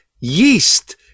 yeast